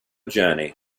journey